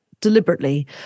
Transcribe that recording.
Deliberately